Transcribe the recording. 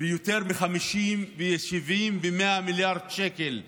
ביותר מ-50 ו-70 ו-100 מיליארד שקל בשנה,